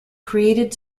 created